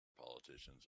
politicians